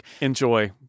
Enjoy